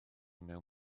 mewn